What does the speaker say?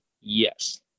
yes